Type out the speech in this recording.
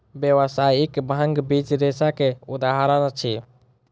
व्यावसायिक भांग बीज रेशा के उदाहरण अछि